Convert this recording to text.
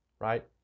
Right